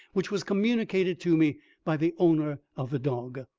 which was communicated to me by the owner of the dog.